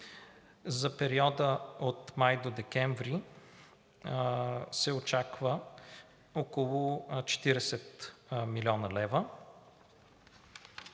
За периода от май до декември се очаква около 40 млн. лв.